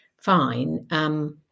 fine